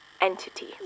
entity